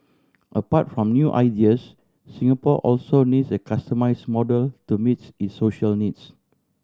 apart from new ideas Singapore also needs a customise model to meets its social needs